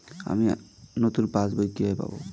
আমি নতুন passbook কিভাবে পাব?